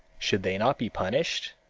should they not be punished?